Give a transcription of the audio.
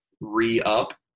re-up